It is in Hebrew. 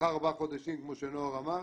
לאחר ארבעה חודשים, כמו שנאור אמר,